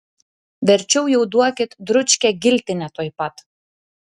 verčiau jau duokit dručkę giltinę tuoj pat